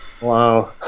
Wow